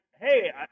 hey